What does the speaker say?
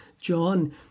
John